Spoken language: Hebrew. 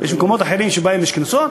יש מקומות אחרים שבהם יש קנסות.